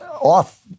off-